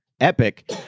Epic